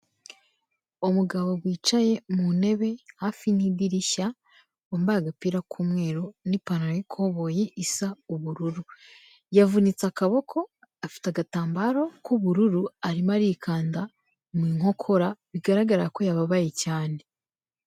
Umugabo wicaye mu ntebe hafi n'idirishya, wambaye agapira k'umweru n'ipantaro y'ikoboyi isa ubururu. Yavunitse akaboko, afite agatambaro k'ubururu, arimo arikanda mu nkokora, bigaragara ko yababaye cyane.